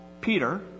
Peter